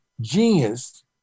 genius